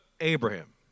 Abraham